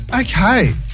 Okay